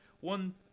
One